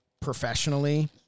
professionally